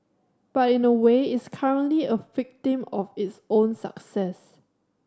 but in a way it's currently a victim of its own success